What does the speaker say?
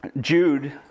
Jude